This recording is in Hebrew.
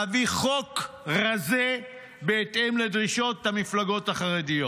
להביא חוק רזה בהתאם לדרישות המפלגות החרדיות.